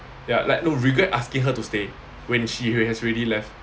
ya like no regret asking her to stay when she has already left